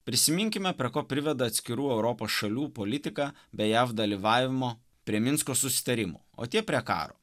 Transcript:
prisiminkime prie ko priveda atskirų europos šalių politika be jav dalyvavimo prie minsko susitarimų o tie prie karo